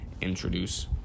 introduce